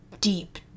deep